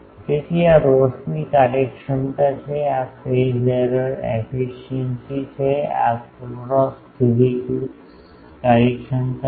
તેથી આ રોશની કાર્યક્ષમતા છે આ ફેજ એરર એફિસિએંસી છે આ ક્રોસ ધ્રુવીકૃત કાર્યક્ષમતા છે